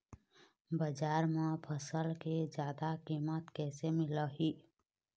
बजार म फसल के जादा कीमत कैसे मिलही?